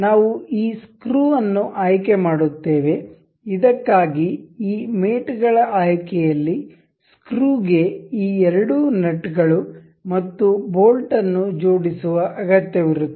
ನಾವು ಈ ಸ್ಕ್ರೂ ಅನ್ನು ಆಯ್ಕೆ ಮಾಡುತ್ತೇವೆ ಇದಕ್ಕಾಗಿ ಈ ಮೇಟ್ಗಳ ಆಯ್ಕೆಯಲ್ಲಿ ಸ್ಕ್ರೂಗೆ ಈ ಎರಡು ನಟ್ಗಳು ಮತ್ತು ಬೋಲ್ಟ್ ಅನ್ನು ಜೋಡಿಸುವ ಅಗತ್ಯವಿರುತ್ತದೆ